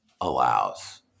allows